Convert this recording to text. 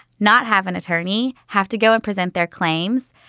not have an attorney have to go and present their claims.